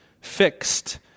fixed